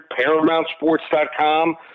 ParamountSports.com